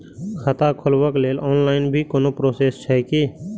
खाता खोलाबक लेल ऑनलाईन भी कोनो प्रोसेस छै की?